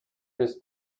his